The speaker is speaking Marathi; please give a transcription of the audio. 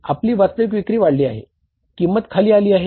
आपली वास्तविक विक्री वाढली आहे किंमत खाली आली आहे